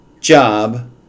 job